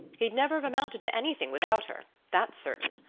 he'd never have amounted to anything without her, that's certain.